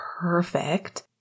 perfect